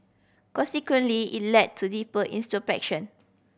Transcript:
consequently it led to deeper introspection